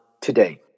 today